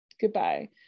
Goodbye